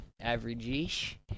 average-ish